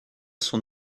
son